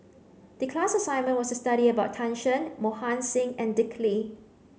the class assignment was to study about Tan Shen Mohan Singh and Dick Lee